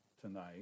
tonight